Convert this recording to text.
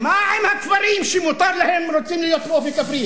מה עם הכפרים שרוצים להיות עם אופי כפרי?